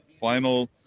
final